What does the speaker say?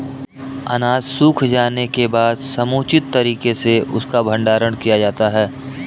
अनाज सूख जाने के बाद समुचित तरीके से उसका भंडारण किया जाता है